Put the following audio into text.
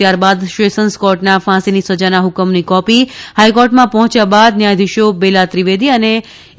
ત્યારબાદ સેશન્સ કોર્ટના ફાંસીની સજાના હુકમની કોપી હાઇકોર્ટમાંપહોંચ્યા બાદ ન્યાયાધીશો બેલા ત્રિવેદી અને એ